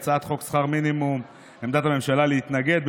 הצעת חוק שכר מינימום, עמדת הממשלה היא להתנגד לה.